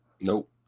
Nope